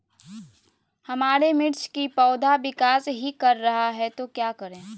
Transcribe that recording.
हमारे मिर्च कि पौधा विकास ही कर रहा है तो क्या करे?